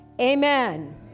Amen